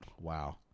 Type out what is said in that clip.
Wow